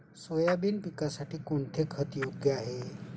Soybean पिकासाठी कोणते खत योग्य आहे?